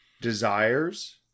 Desires